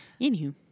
Anywho